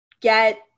get